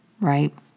right